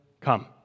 come